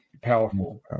Powerful